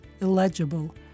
illegible